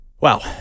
Wow